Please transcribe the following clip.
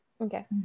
Okay